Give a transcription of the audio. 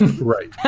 Right